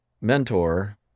mentor